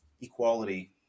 equality